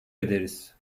ederiz